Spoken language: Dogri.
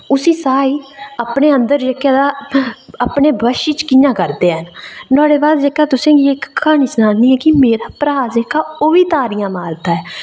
उसी साह् गी अपने अंदर जेह्के तां अपने वश च कि'यां करदे ऐ नुहाड़े बाद तु'सेंगी इक्क क्हानी सनानी आं की मेरा इक्क भ्राऽ जेह्का ओह्बी तारियां मारदा ऐ